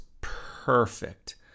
perfect